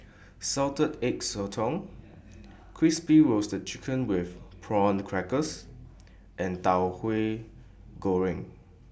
Salted Egg Sotong Crispy Roasted Chicken with Prawn Crackers and Tauhu Goreng